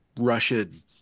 Russian